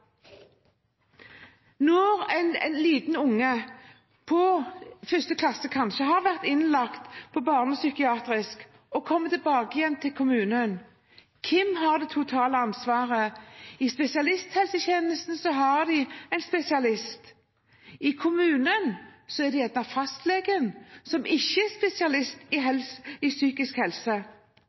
Når en liten unge i første klasse har vært innlagt på barnepsykiatrisk og kommer tilbake igjen til kommunen, hvem har da det totale ansvaret? I spesialisthelsetjenesten har de en spesialist, i kommunen er det gjerne fastlegen, som ikke er spesialist i psykisk helse.